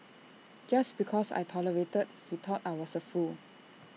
just because I tolerated he thought I was A fool